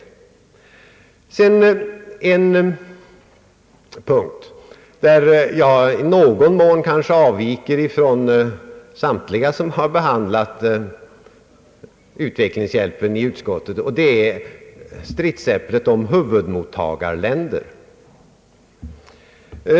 På en punkt avviker jag i någon mån från de andra som har behandlat utvecklingshjälpen i utskottet. Det gäller stridsäpplet om huvudmottagarländer.